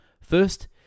First